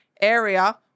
area